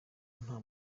nta